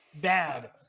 bad